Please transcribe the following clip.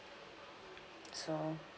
so